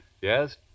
Yes